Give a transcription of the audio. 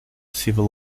civil